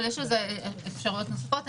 אבל יש אפשרויות נוספות.